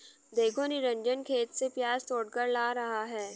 देखो निरंजन खेत से प्याज तोड़कर ला रहा है